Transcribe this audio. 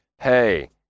hey